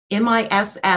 MISS